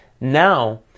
Now